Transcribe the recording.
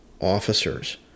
officers